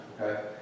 Okay